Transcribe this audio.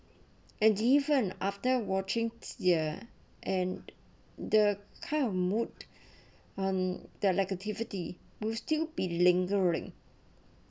and even after watching ya and the kind of mood and the negativity will still be lingering